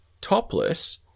topless